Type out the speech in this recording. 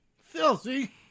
Filthy